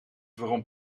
waarom